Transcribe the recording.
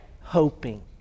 hoping